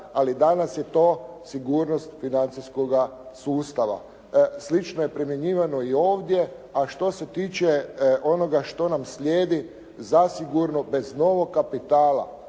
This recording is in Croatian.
ali danas je to sigurnost financijskoga sustava. Slično je primjenjivano i ovdje, a što se tiče onoga što nam slijedi, zasigurno bez novog kapitala,